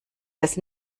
das